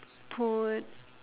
put